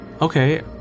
Okay